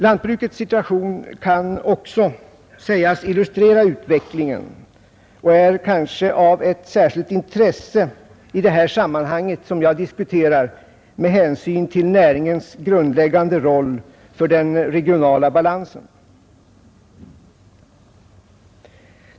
Lantbrukets situation kan också sägas illustrera utvecklingen och är kanske av ett särskilt intresse i det sammanhang som jag nu diskuterar med hänsyn till näringens grundläggande roll för den regionala balansen.